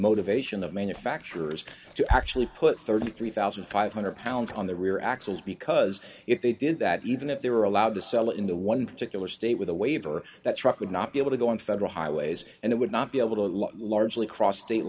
motivation of manufacturers to actually put thirty three thousand five hundred pounds on the rear axles because if they did that even if they were allowed to sell in the one particular state with a waiver that truck would not be able to go on federal highways and it would not be able to lock largely cross state